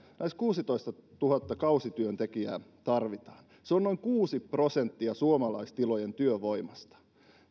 lähes kuusitoistatuhatta kausityöntekijää se on noin kuusi prosenttia suomalaistilojen työvoimasta